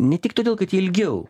ne tik todėl kad ji ilgiau